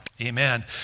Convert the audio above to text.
amen